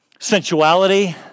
Sensuality